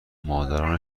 مادران